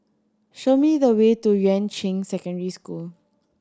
show me the way to Yuan Ching Secondary School